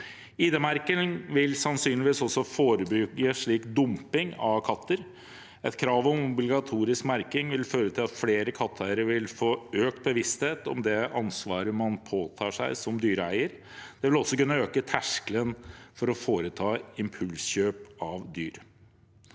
ID-merking vil sannsynligvis også forebygge slik dumping av katter. Et krav om obligatorisk merking vil føre til at flere katteeiere vil få økt bevissthet om det ansvaret man påtar seg som dyreeier. Det vil også kunne øke terskelen for å foreta impulskjøp av dyr.